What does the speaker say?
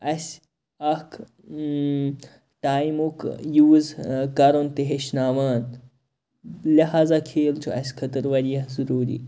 اَسہِ اکھ اۭں ٹایمُک یوٗز کَرُن تہِ ہٮ۪چھناوان لِہاظہ کھیل چھُ اَسہِ خٲطرٕ واریاہ ضروٗری